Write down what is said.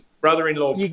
brother-in-law